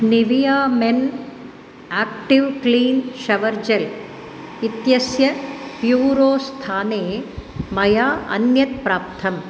Nivea men active clean shower gel इत्यस्य प्यूरो स्थाने मया अन्यत् प्राप्तम्